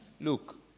look